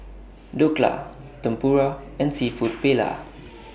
Dhokla Tempura and Seafood Paella